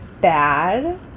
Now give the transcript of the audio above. bad